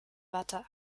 watte